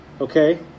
okay